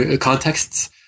contexts